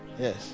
yes